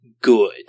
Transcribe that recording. good